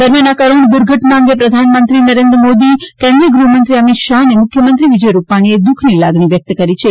દરમિયાન આ કરૂણ દુર્ઘટના અંગે પ્રધાનમંત્રીશ્રી નરેન્દ્ર મોદી કેન્દ્રીય ગૃહમંત્રીશ્રી અમિત શાહ અને મુખ્યમંત્રી વિજય રૂપાણીએ દુઃખની લાગણી વ્યક્ત કરી છે